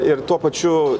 ir tuo pačiu